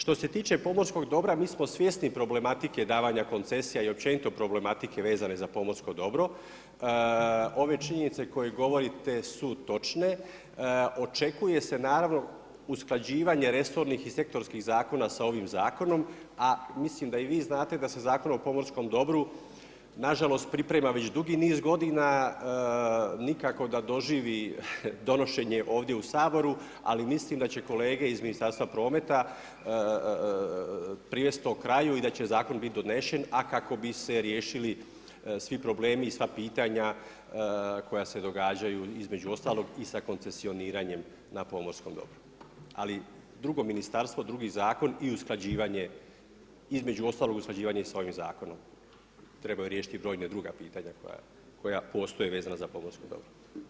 Što se tiče pomorskog dobra, mi smo svjesni problematike davanja koncesija i općenito problematike vezane za pomorsko dobro, ove činjenice koje govorite su točne, očekuje se naravno, usklađivanje resornih i sektorskih zakona sa ovim, zakonom a mislim da i vi znate da se Zakon o pomorskom dobru nažalost priprema već dugi niz godina, nikako da doživi donošenje ovdje u Saboru, ali mislim da će kolega iz Ministarstva prometa privesti to kraju i da će zakon biti donesen, a kako bi se riješili svi problemi i sva pitanja koja se događaju između ostalog i sva koncesioniranjem na pomorskom dobru, ali drugo ministarstvo, drugi zakon i usklađivanje između ostalog i usklađivanje sa ovim zakonom trebaju riješiti brojna druga pitanja koja postoje vezana za pomorsko dobro.